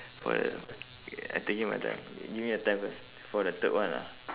for the I taking my time give me a time first for the third one ah